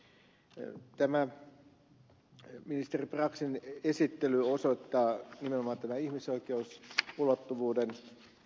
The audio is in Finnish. tämä ministeri braxin esittely osoittaa nimenomaan ihmisoikeusulottuvuuden